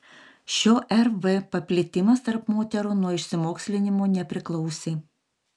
šio rv paplitimas tarp moterų nuo išsimokslinimo nepriklausė